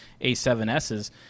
A7Ss